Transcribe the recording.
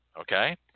okay